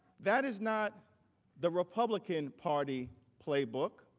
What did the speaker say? that is not the republican party playbook.